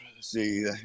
see